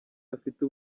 afite